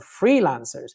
freelancers